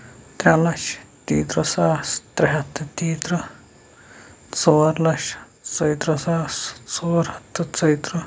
ترٛےٚ لَچھ تێیِہ ترٕٛہ ساس ترٛےٚ ہَتھ تہٕ تێیِہ ترٕٛہ ژور لَچھِ ژۄیہِ ترٕٛہ ساس ژور ہَتھ تہٕ ژۄیہِ ترٕٛہ